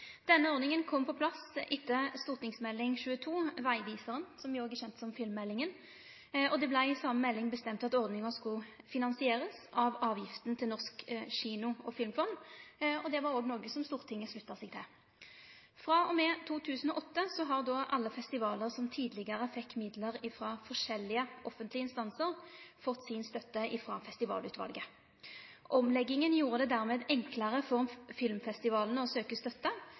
Denne ordninga kom på plass etter St.meld. nr. 22 for 2006–2007, Veiviseren, som òg er kjent som filmmeldinga. Det vart i den same meldinga bestemt at ordninga skulle verte finansiert av avgifta til Norsk kino- og filmfond. Det var òg noko Stortinget slutta seg til. Frå og med 2008 har alle festivalar som tidlegare fekk midlar frå forskjellige offentlege instansar, fått si støtte frå Festivalutvalet. Omlegginga gjorde det dermed enklare for filmfestivalane å søkje støtte,